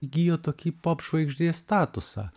įgijo tokį pop žvaigždės statusą